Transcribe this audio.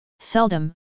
Seldom